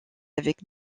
avec